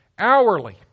hourly